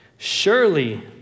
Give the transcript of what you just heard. Surely